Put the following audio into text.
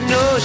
no